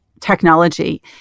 technology